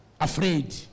afraid